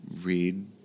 read